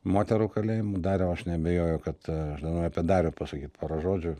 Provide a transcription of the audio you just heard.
moterų kalėjimų dariau aš neabejoju kad aš dar noriu apie darių pasakyt pora žodžių